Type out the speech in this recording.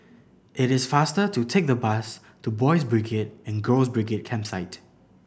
it is faster to take the bus to Boys' Brigade and Girls' Brigade Campsite